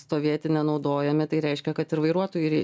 stovėti nenaudojami tai reiškia kad ir vairuotojų rei